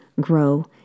grow